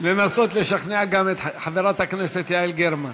לנסות לשכנע גם את חברת הכנסת יעל גרמן.